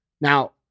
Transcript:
Now